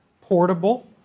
Portable